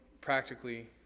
practically